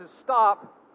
stop